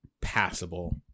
passable